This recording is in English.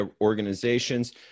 organizations